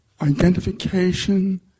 identification